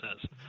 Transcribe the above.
says